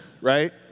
right